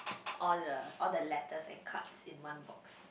all the all the letters and cards in one box